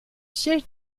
siège